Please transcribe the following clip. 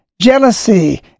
jealousy